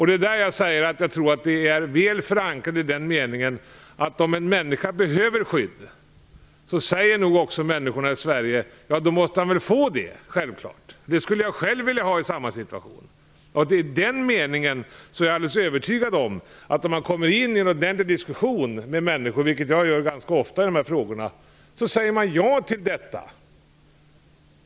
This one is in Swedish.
Det tror jag är något som är väl förankrat i den meningen att om en människa behöver skydd, så säger nog också människorna i Sverige att han självfallet måste få det. Det skulle jag själv vilja ha om jag vore i samma situation. I den meningen är jag alldeles övertygad om att om man diskuterar närmare med människor - vilket jag gör ganska ofta - säger de ja till detta.